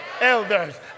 elders